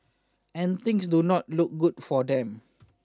and things do not look good for them